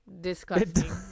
Disgusting